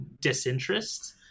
disinterest